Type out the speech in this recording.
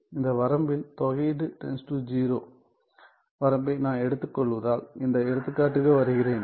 இந்த வரம்பில் தொகையீடு → 0 வரம்பை நான் எடுத்துக்கொள்வதால் இந்த எடுத்துக்காட்டுக்கு வருகிறேன்